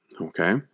Okay